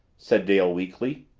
said dale weakly.